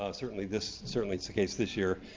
um certainly this. certainly it's the case this year,